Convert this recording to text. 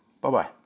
Bye-bye